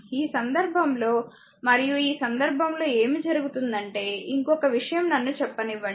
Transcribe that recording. ఈ సందర్భంలో మరియు ఈ సందర్భంలో ఏమి జరుగుతుందంటే ఇంకొక విషయం నన్ను చెప్పనివ్వండి